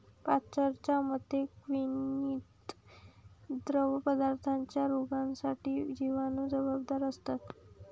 पाश्चरच्या मते, किण्वित द्रवपदार्थांच्या रोगांसाठी जिवाणू जबाबदार असतात